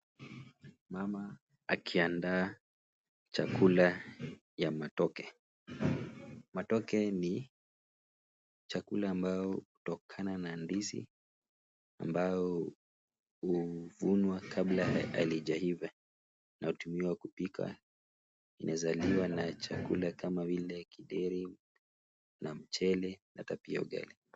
Mama akiandaa chakula ya matoke. Matoke ni chakula ambayo hutokana na ndizi ambayo huvunwa kabla ya halijaiva na hutumiwa kupika. Inaweza liwa na chakula kama vile githeri na mchele na hata pia ugali .